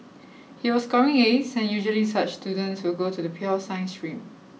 he was scoring As and usually such students will go to the pure science stream